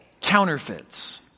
counterfeits